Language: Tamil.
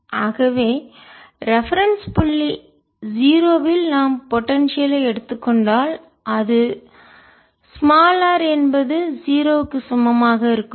ஆகவே ரெபெரென்ஸ் குறிப்பு புள்ளி 0 இல் நாம் பொடென்சியல் ஐ எடுத்துக் கொண்டால் அது r என்பது 0 க்கு சமமாக இருக்கட்டும்